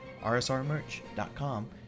rsrmerch.com